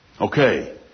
Okay